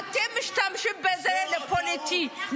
אתם משתמשים בזה לפוליטיקה.